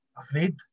Afraid